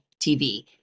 TV